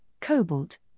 cobalt